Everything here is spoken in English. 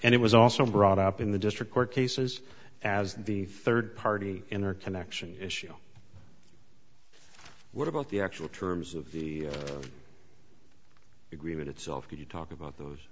and it was also brought up in the district court cases as the third party inner connection issue what about the actual terms of the agreement itself could you talk about those